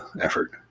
effort